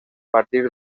partir